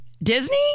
Disney